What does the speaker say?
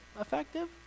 effective